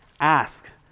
Ask